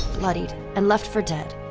bloodied, and left for dead,